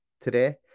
today